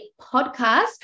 podcast